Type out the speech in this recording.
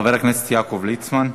חבר הכנסת יעקב ליצמן,